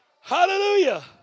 Hallelujah